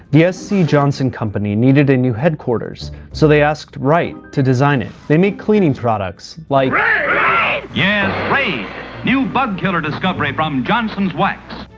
the sc johnson company needed a new headquarters, so they asked wright to design it. they make cleaning products like yeah raid new bug killer discovery from johnson's wax.